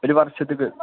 ഒരു വർഷത്തേക്ക്